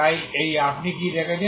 তাই এই আপনি কি দেখেছেন